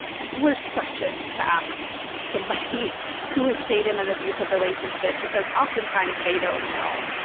worst question to ask somebody who has stayed in an abusive relationship, because oftentimes, they don't know,